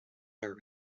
her